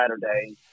Saturday